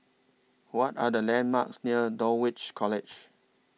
What Are The landmarks near Dulwich College